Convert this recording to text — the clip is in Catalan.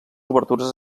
obertures